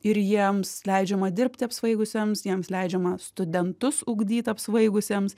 ir jiems leidžiama dirbti apsvaigusiems jiems leidžiama studentus ugdyt apsvaigusiems